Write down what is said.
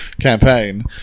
campaign